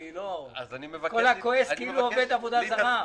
כל הכועס כאילו עובד עבודה זרה.